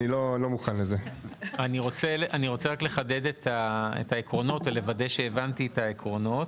אני רוצה רק לחדד את העקרונות ולוודא שהבנתי את העקרונות.